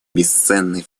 бесценный